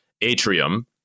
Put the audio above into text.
atrium